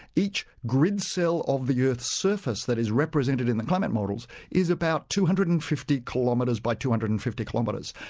each grid cell of the earth's surface that is represented in the climate models, is about two hundred and fifty kilometres x two hundred and fifty kilometres.